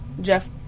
Jeff